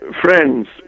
friends